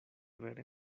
vere